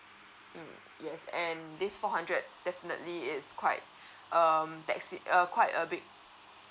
mm yes and this four hundred definitely it's quite um tax it err quite a big